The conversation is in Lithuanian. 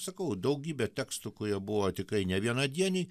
sakau daugybę tekstų kurie buvo tikrai nevienadieniai